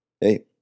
Hey